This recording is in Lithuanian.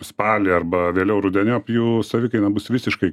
spalį arba vėliau rudeniop jų savikaina bus visiškai